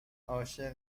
عاشق